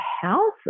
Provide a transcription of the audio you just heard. house